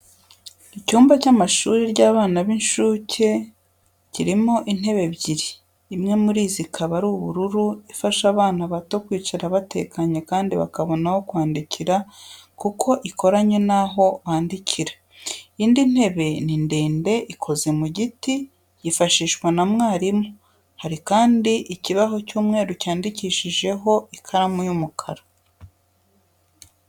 Icyumba cy'ishuri ry'abana b'incuke kirimo intebe ebyiri, imwe muri izi ikaba ari ubururu, ifasha abana bato kwicara batekanye kandi bakabona aho kwandikira kuko ikoranye n'aho bandikira. Indi ntebe ni ndende ikoze mu giti ikaba yifashishwa na mwarimu. Hari kandi ikibaho cy'umweru cyandikishijeho ikaramu y'umukara.